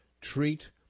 treat